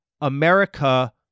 america